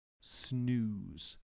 snooze